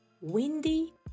windy